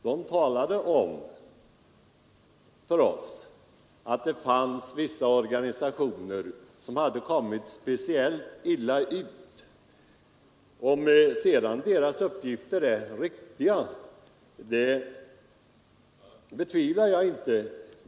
De talade om för oss att det fanns vissa organisationer som hade kommit att ligga speciellt illa till. Jag betvivlar inte att deras uppgifter är riktiga.